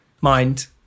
mind